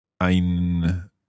ein